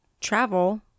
travel